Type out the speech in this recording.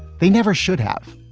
they never should have.